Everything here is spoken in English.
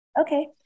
Okay